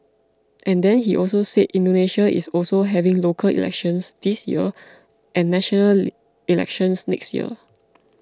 and then he also said Indonesia is also having local elections this year and national elections next year